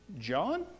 John